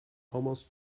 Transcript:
almost